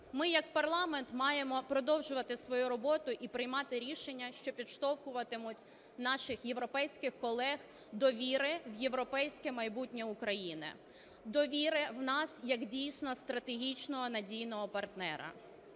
Ми як парламент маємо продовжувати свою роботу і приймати рішення, що підштовхуватимуть наших європейських колег до віри в європейське майбутнє України, до віри в нас як дійсно стратегічного і надійного партнера.